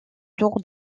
tour